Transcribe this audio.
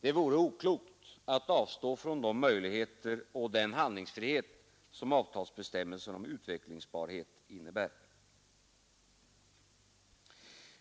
Det vore oklokt att avstå från de möjligheter och den handlingsfrihet som avtalsbestämmelsen om utvecklingsbarhet innebär. N